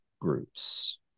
groups